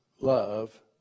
love